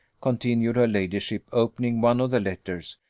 continued her ladyship, opening one of the letters,